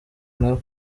nabo